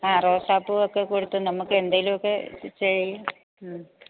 ആ റോസാപൂവൊക്കെ കൊടുത്ത് നമുക്ക് എന്തേലും ഒക്കെ ചെയ്യ് മ്മ്